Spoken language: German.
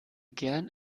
gern